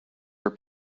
are